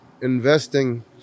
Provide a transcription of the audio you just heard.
investing